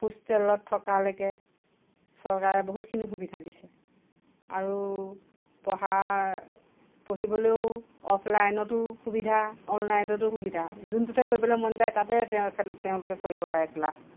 হোষ্টেলত থকালৈকে চৰকাৰে বহুতখিনি সুবিধা দিছে আৰু পঢ়াৰ পঢ়িবলেও অফলাইনতো সুবিধা অনলাইনতো সুবিধা যোনটোতে কৰিবলৈ মন যায় তাতে তেওঁলোকে কৰিব পাৰে ক্লাছ